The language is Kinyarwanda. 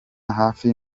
hafi